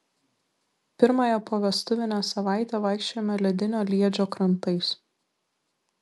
pirmąją povestuvinę savaitę vaikščiojome ledinio liedžio krantais